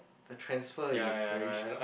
the transfer is very sh~